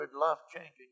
life-changing